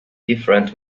different